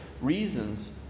Reasons